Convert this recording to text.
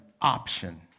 option